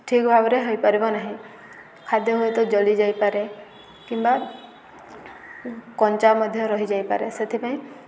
ଠିକ ଭାବରେ ହୋଇପାରିବ ନାହିଁ ଖାଦ୍ୟ ହୁଏତ ଜଳି ଯାଇପାରେ କିମ୍ବା କଞ୍ଚା ମଧ୍ୟ ରହିଯାଇପାରେ ସେଥିପାଇଁ